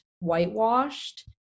whitewashed